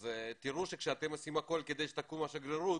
אז תראו שכשאתם עושים הכול כדי שתקום השגרירות